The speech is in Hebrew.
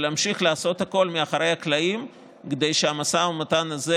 אבל אמשיך לעשות הכול מאחורי הקלעים כדי שהמשא ומתן הזה,